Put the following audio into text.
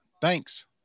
Thanks